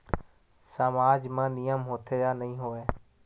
सामाज मा नियम होथे या नहीं हो वाए?